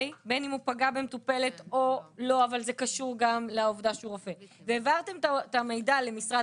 בין אם הוא פגע במטופלת או לא והעברתם את המידע למשרד